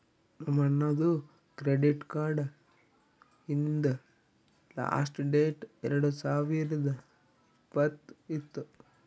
ನಮ್ ಅಣ್ಣಾದು credit card ಹಿಂದ್ ಲಾಸ್ಟ್ ಡೇಟ್ ಎರಡು ಸಾವಿರದ್ ಇಪ್ಪತ್ತ್ ಇತ್ತು